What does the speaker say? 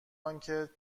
آنکه